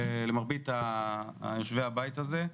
למרבית יושבי הבית הזה,